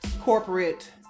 corporate